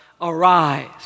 arise